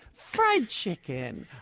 fried chicken,